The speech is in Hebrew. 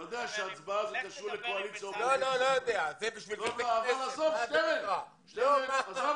אני חושב שההיקף הוא גם מאוד מאוד חשוב כי אנחנו הוצאנו